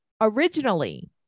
originally